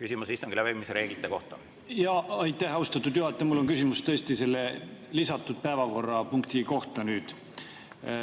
küsimus istungi läbiviimise reeglite kohta! Aitäh, austatud juhataja! Mul on küsimus tõesti selle lisatud päevakorrapunkti kohta.